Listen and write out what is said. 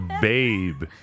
babe